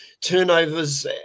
turnovers